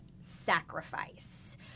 sacrifice